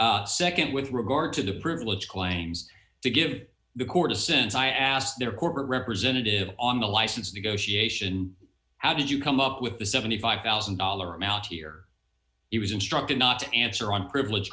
the second with regard to the privilege claims to give the court a sense i asked their corporate representative on the license to go she how did you come up with the seventy five thousand dollars amount here he was instructed not to answer on privilege